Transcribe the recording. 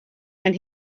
and